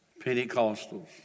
Pentecostals